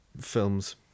films